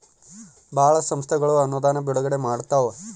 ಭಾಳ ಸಂಸ್ಥೆಗಳು ಅನುದಾನ ಬಿಡುಗಡೆ ಮಾಡ್ತವ